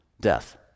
death